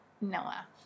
Noah